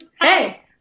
Hey